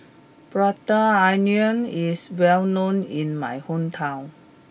Prata Onion is well known in my hometown